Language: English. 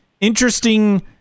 interesting